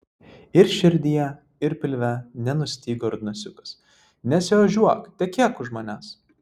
ir širdyje ir pilve nenustygo rudnosiukas nesiožiuok tekėk už manęs